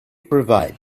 provide